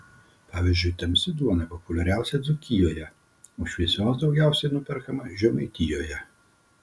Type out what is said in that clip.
pavyzdžiui tamsi duona populiariausia dzūkijoje o šviesios daugiausiai nuperkama žemaitijoje